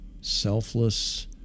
selfless